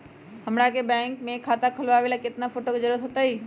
हमरा के बैंक में खाता खोलबाबे ला केतना फोटो के जरूरत होतई?